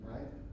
Right